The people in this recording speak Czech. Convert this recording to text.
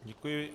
Děkuji.